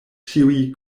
ĉiuj